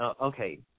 Okay